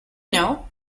know